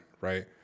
right